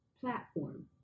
platform